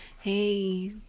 hey